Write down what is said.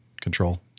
control